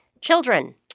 Children